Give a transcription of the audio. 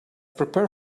prepare